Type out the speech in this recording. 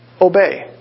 Obey